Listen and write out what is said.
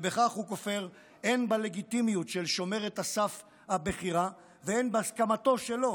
ובכך הוא כופר הן בלגיטימיות של שומרת הסף הבכירה והן בהסכמתו שלו